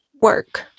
work